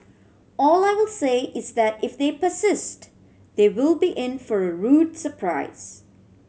all I will say is that if they persist they will be in for a rude surprise